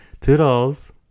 Toodles